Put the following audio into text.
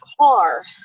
car